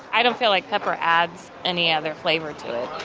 i don't feel like pepper adds any other flavor to it.